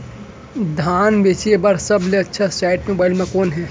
धान बेचे बर सबले अच्छा साइट मोबाइल म कोन हे?